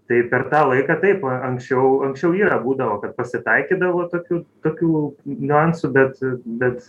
tai per tą laiką taip anksčiau anksčiau yra būdavo kad pasitaikydavo tokių tokių niuansų bet bet